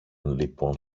λοιπόν